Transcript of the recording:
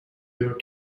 river